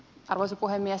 arvoisa puhemies